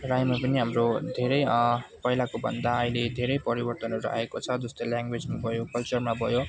राईमा पनि हाम्रो धेरै पहिलाकोभन्दा अहिले धेरै परिवर्तनहरू आएको छ जस्तै ल्याङग्वेजमा भयो कल्चरमा भयो